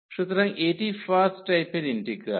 সুতরাং এটি ফার্স্ট টাইপের ইন্টিগ্রাল